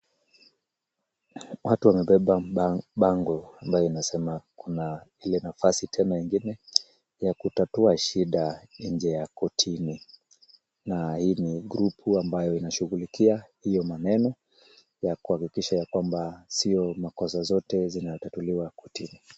Watu wamebeba bango ambayo inasema kuna ile nafasi tena ingine ya kutatua shida nje ya kotini na hii ni group ambayo inashughulikia hiyo maneno, ya kuhakikisha ya kwamba sio makosa zote zinatatuliwa kotini.